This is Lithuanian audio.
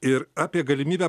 ir apie galimybę